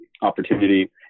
Opportunity